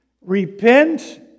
Repent